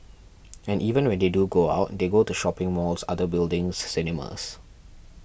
and even when they do go out they go to shopping malls other buildings cinemas